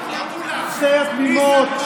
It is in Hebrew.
שיות תמימות.